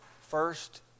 first